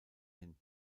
hin